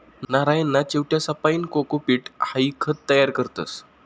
नारयना चिवट्यासपाईन कोकोपीट हाई खत तयार करतस